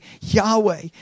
Yahweh